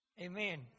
Amen